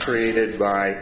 created by